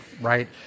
Right